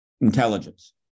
intelligence